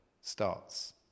starts